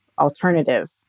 Alternative